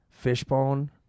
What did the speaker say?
Fishbone